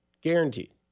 Guaranteed